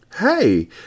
Hey